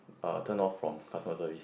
uh turned off from customer service